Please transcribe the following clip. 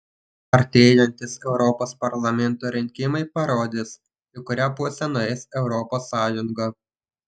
artėjantys europos parlamento rinkimai parodys į kurią pusę nueis europos sąjunga